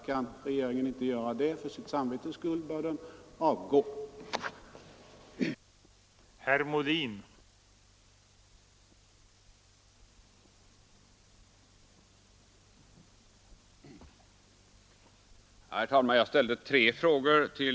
Kan regeringen inte göra det för sitt samvetes skull bör den avgå.